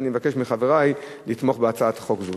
ואני מבקש מחברי לתמוך בהצעת חוק זו.